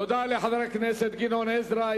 תודה לחבר הכנסת גדעון עזרא.